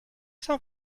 some